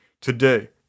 today